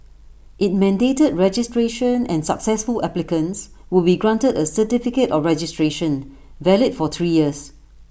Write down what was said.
IT mandated registration and successful applicants would be granted A certificate of registration valid for three years